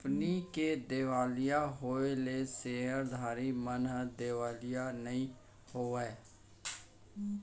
company के देवालिया होएले सेयरधारी मन देवालिया नइ होवय